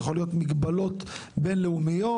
יכול להיות מגבלות בינלאומיות,